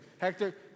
Hector